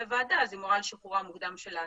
הוועדה אז היא מורה על שחרור המוקדם של האסיר.